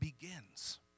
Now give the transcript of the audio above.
begins